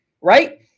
right